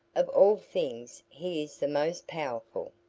of all things he is the most powerful.